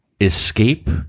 escape